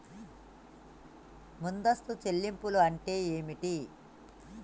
ముందస్తు చెల్లింపులు అంటే ఏమిటి?